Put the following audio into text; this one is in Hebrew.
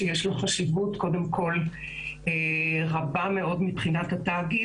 שיש לו קודם כל חשיבות רבה מאוד מבחינת התאגיד,